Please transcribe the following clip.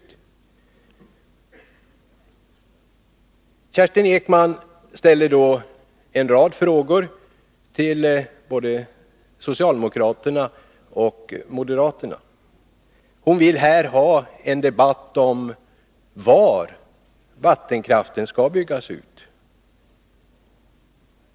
Kerstin Ekman ställer en rad frågor till både socialdemokraterna och moderaterna. Hon vill här ha en debatt om var vattenkraften skall byggas ut.